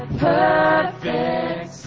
perfect